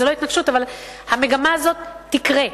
זאת לא התנגשות, אבל המגמה הזאת תקרה.